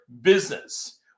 business